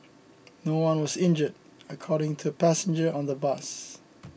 no one was injured according to a passenger on the bus